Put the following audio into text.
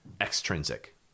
extrinsic